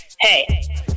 hey